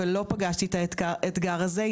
אני לא הכרתי את האתגר הזה,